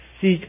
seek